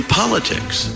politics